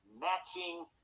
matching